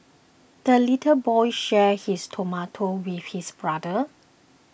the little boy shared his tomato with his brother